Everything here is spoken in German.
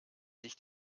sich